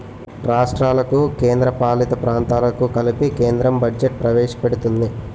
రాష్ట్రాలకు కేంద్రపాలిత ప్రాంతాలకు కలిపి కేంద్రం బడ్జెట్ ప్రవేశపెడుతుంది